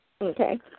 Okay